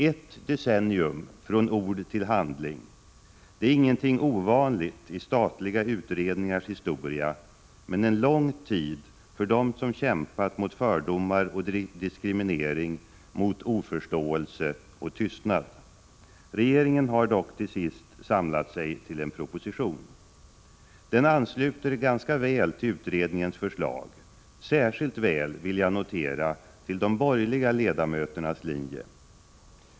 Ett decennium från ord till handling — det är ingenting ovanligt i statliga utredningars historia men en lång tid för dem som kämpat mot fördomar och diskriminering, mot oförståelse och tystnad. Regeringen har dock till sist samlat sig till en proposition. Den ansluter ganska väl till utredningens förslag — särskilt väl, vill jag notera, till de borgerliga ledamöternas linje.